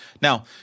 Now